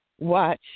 watch